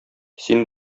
син